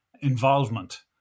involvement